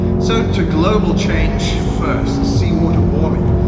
so to global change first, seawater warming.